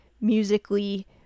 musically